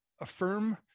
affirm